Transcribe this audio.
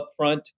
upfront